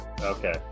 okay